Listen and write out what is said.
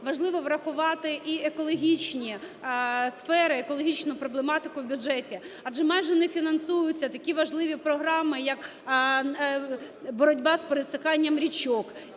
важливо врахувати і екологічні сфери, екологічну проблематику в бюджеті, адже майже не фінансуються такі важливі програми як боротьба з пересиханням річок,